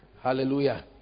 Hallelujah